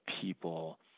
people